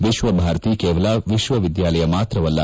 ವಿಶ್ವಭಾರತಿ ಕೇವಲ ವಿಶ್ವವಿದ್ದಾಲಯ ಮಾತ್ರವಲ್ಲ